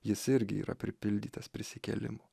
jis irgi yra pripildytas prisikėlimo